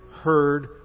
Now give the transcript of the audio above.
heard